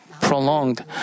prolonged